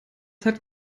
hat